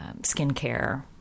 skincare